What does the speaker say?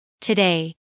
Today